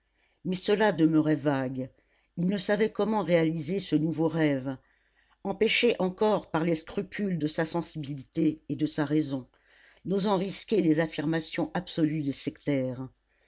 mais cela demeurait vague il ne savait comment réaliser ce nouveau rêve empêché encore par les scrupules de sa sensibilité et de sa raison n'osant risquer les affirmations absolues des sectaires